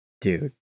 Dude